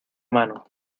mano